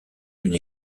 d’une